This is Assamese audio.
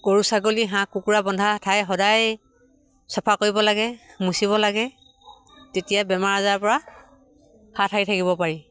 গৰু ছাগলী হাঁহ কুকুৰা বন্ধা ঠাই সদায় চাফা কৰিব লাগে মুচিব লাগে তেতিয়া বেমাৰ আজাৰ পৰা হাত সাৰি থাকিব পাৰি